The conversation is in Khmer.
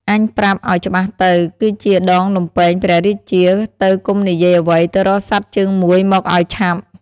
អញប្រាប់ឲ្យច្បាស់ទៅ គឺជាដងលំពែងព្រះរាជា ទៅកុំនិយាយអ្វី ទៅរកសត្វជើងមួយមកឲ្យឆាប់"។